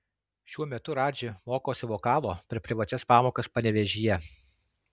šiuo metu radži mokosi vokalo per privačias pamokas panevėžyje